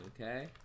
Okay